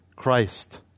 Christ